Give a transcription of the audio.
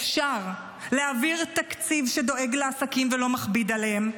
אפשר להעביר תקציב שדואג לעסקים ולא מכביד עליהם,